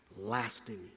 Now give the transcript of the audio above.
lasting